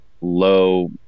low